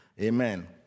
Amen